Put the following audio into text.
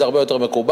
זה הרבה יותר מקובל,